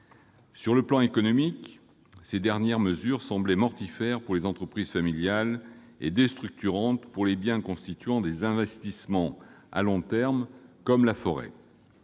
Sur le plan économique, ces dernières mesures semblaient mortifères pour les entreprises familiales et déstructurantes pour les biens constituant des investissements à long terme, comme la forêt.